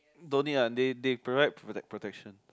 don't need ah they they provide protec~ protection